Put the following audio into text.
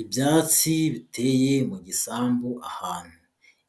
Ibyatsi biteye mu gisambu ahantu.